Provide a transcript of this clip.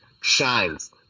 shines